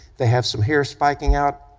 they have some hair spiking out,